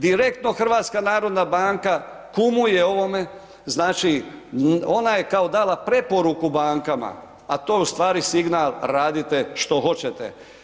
Direktno HNB kumuje ovome, znači ona je kao dala preporuku bankama, a to je u stvari signal radite što hoćete.